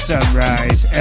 Sunrise